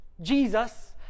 Jesus